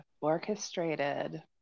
Orchestrated